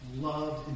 love